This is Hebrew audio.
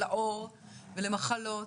ולעור ולמחלות,